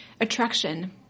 attraction